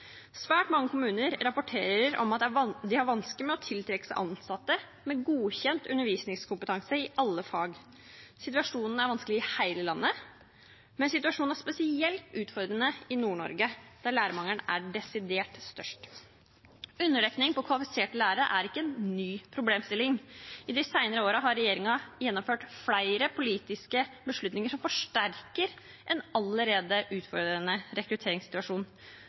Svært mange kommuner rapporterer om at de har vansker med å tiltrekke seg ansatte med godkjent undervisningskompetanse i alle fag. Situasjonen er vanskelig i hele landet, men situasjonen er spesielt utfordrende i Nord-Norge, der lærermangelen er desidert størst. Underdekning på kvalifiserte lærere er ikke en ny problemstilling. I de senere årene har regjeringen gjennomført flere politiske beslutninger, som forsterker en allerede utfordrende rekrutteringssituasjon.